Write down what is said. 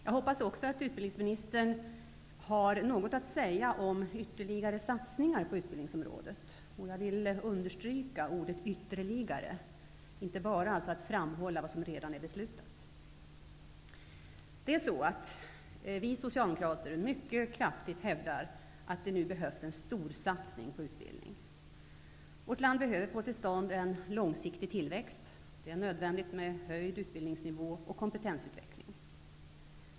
Jag hoppas också att utbildningsministern har något att säga om ytterligare satsningar på utbildningsområdet. Jag betonar ordet ''ytterligare'' -- jag hoppas att han inte bara kommer att framhålla vad som redan är beslutat. Vi socialdemokrater hävdar mycket kraftigt att det nu behövs en storsatsning på utbildning. Vårt land behöver få till stånd en långsiktig tillväxt. Det är nödvändigt med höjd utbildningsnivå och kompetensutveckling.